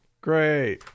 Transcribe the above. Great